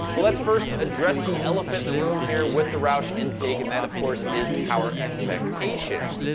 but let's first address the elephant in the room here with the roush intake, and that of course is power expectations.